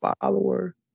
follower